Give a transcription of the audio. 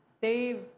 save